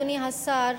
אדוני השר,